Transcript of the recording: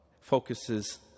focuses